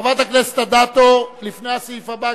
חברת הכנסת אדטו, לפני הסעיף הבא?